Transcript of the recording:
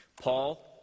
Paul